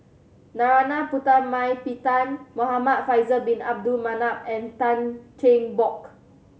Narana Putumaippittan Muhamad Faisal Bin Abdul Manap and Tan Cheng Bock